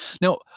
Now